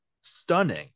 stunning